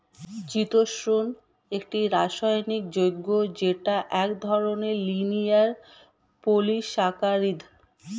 চিতোষণ একটি রাসায়নিক যৌগ যেটা এক ধরনের লিনিয়ার পলিসাকারীদ